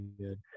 good